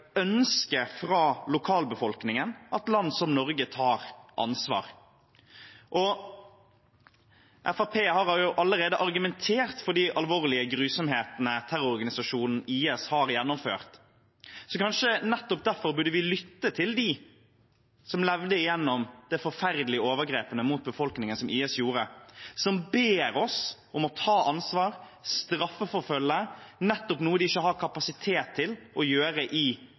fra lokalbefolkningen at land som Norge tar ansvar. Fremskrittspartiet har allerede argumentert med de alvorlige grusomhetene terrororganisasjonen IS har gjennomført, så kanskje vi nettopp derfor burde lytte til dem som gjennomlevde de forferdelige overgrepene mot befolkningen som IS gjorde. De ber oss om å ta ansvar og straffeforfølge, noe de ikke har kapasitet til å gjøre i